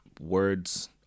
words